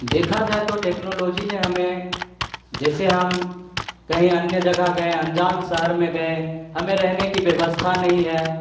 देखा जाए तो टेक्नोलॉजी ने हमें जैसे हम कहीं अन्य जगह गए अनजान शहर में गए हमें रहने की व्यवस्था नहीं है